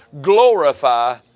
glorify